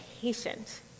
patient